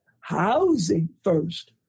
housing-first